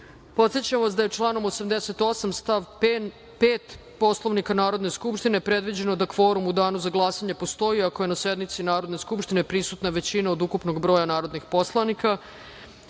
vas da je članom 88. stav 5. Poslovnika Narodne skupštine predviđeno da kvorum u Danu za glasanje postoji, ako je na sednici Narodne skupštine prisutna većina od ukupnog broja narodnih poslanika. Radi